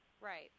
Right